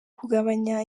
kugabanya